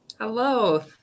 Hello